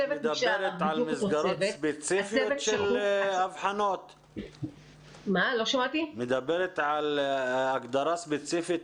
הצוות נשאר בדיוק אותו הדבר -- את מדברת על מסגרות ספציפיות?